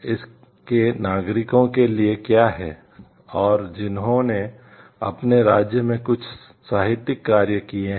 इसके नागरिकों के लिए क्या है और जिन्होंने अपने राज्य में कुछ साहित्यिक कार्य किए हैं